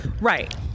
Right